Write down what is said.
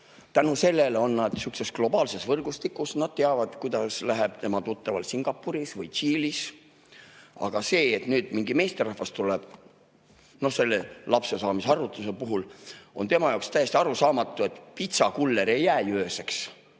Tänu sellele on nad sihukeses globaalses võrgustikus, nad teavad, kuidas läheb tema tuttaval Singapuris või Tšiilis. Aga see, et mingi meesterahvas tuleb, no selle lapsesaamise arvutuse puhul, on tema jaoks täiesti arusaamatu. Pitsakuller ei jää ju ööseks,